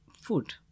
food